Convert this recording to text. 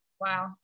wow